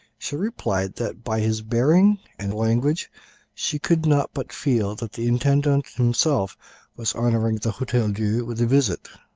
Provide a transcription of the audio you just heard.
she replied that by his bearing and language she could not but feel that the intendant himself was honouring the hotel-dieu with a visit.